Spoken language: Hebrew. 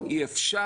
"אי אפשר",